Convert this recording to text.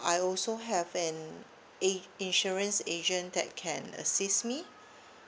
I'll also have an a insurance agent that can assist me